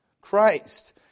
Christ